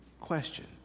question